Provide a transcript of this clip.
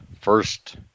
first